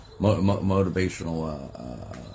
Motivational